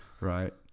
right